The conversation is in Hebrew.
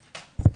המשרדים.